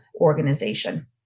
organization